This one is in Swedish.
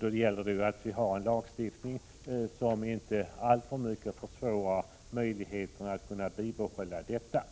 Då gäller det att vi har en lagstiftning som inte alltför mycket försämrar människors möjligheter att behålla dessa.